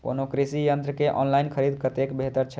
कोनो कृषि यंत्र के ऑनलाइन खरीद कतेक बेहतर छै?